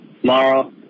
tomorrow